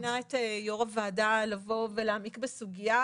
אני מזמינה את יו"ר הוועדה לבוא ולהעמיק בסוגיה.